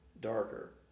darker